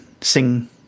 sing